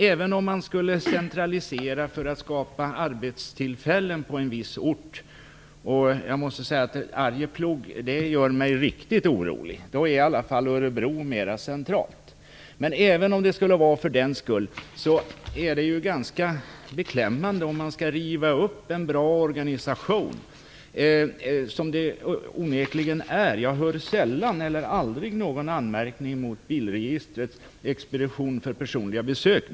Även om man skulle centralisera för att skapa arbetstillfällen på en viss ort - när det gäller Arjeplog blir jag riktigt orolig; Örebro är i alla fall mera centralt - är det ganska beklämmande om man skall riva upp en onekligen bra organisation. Jag hör nämligen sällan eller aldrig någon anmärkning mot Bilregistrets expedition för personliga besök.